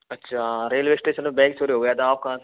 अच्छा railway station पे bag चोरी हो गया था आप कहाँ थे